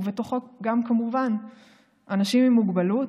ובו גם כמובן אנשים עם מוגבלות,